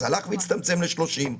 זה הלך והצטמצם ל-30.